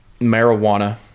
marijuana